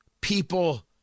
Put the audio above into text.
People